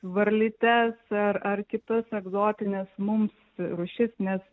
varlytes ar ar kitas egzotines mums rūšis nes